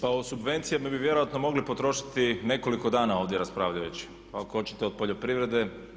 Pa o subvencijama bi vjerojatno mogli potrošiti nekoliko dana ovdje raspravljajući ako hoćete od poljoprivrede.